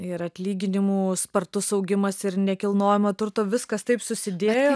ir atlyginimų spartus augimas ir nekilnojamo turto viskas taip susidėjo